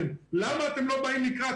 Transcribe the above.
יש מלא דרכים